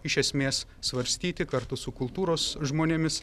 iš esmės svarstyti kartu su kultūros žmonėmis